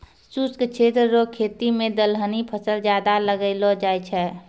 शुष्क क्षेत्र रो खेती मे दलहनी फसल ज्यादा लगैलो जाय छै